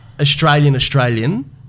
Australian-Australian